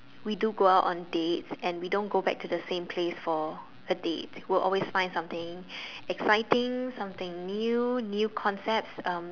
we do go out on dates and we don't go back to the same place for a date we will always find something exciting something new new concepts um